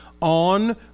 on